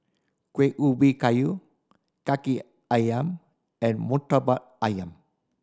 Kuih Ubi Kayu Kaki Ayam and Murtabak Ayam